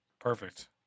Perfect